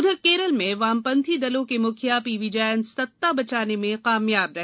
उधर केरल में वामपंथी दलों के मुखिया पीवी जैन सत्ता बचाने में कामयाब रहे